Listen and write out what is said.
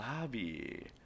lobby